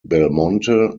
belmonte